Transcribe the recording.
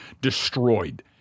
destroyed